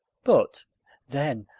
but then,